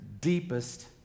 deepest